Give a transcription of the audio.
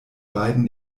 beiden